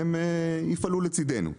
הם יפעלו לצדנו.